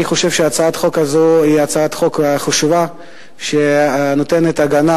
אני חושב שהצעת החוק הזאת היא הצעה חשובה שנותנת הגנה.